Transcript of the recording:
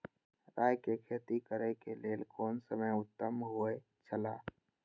राय के खेती करे के लेल कोन समय उत्तम हुए छला?